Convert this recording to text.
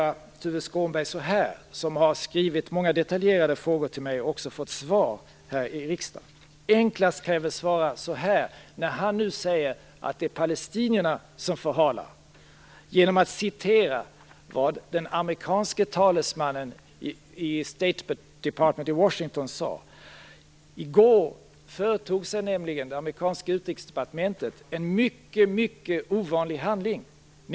Tuve Skånberg har skrivit många detaljerade frågor till mig och också fått svar här i riksdagen. Nu säger han att det är palestinierna som förhalar detta. Enklast kan jag svara honom genom att återge vad den amerikanske talesmannen i State Department i Washington sade i går. Då företog sig nämligen det amerikanska utrikesdepartementet en mycket ovanlig handling.